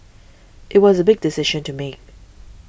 it was a big decision to make